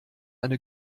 eine